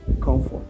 comfort